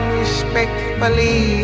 respectfully